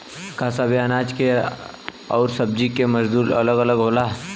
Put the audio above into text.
का सबे अनाज के अउर सब्ज़ी के मजदूरी अलग अलग होला?